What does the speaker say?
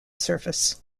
surface